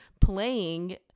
playing